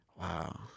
Wow